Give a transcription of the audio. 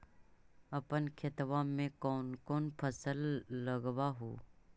अपन खेतबा मे कौन कौन फसल लगबा हू?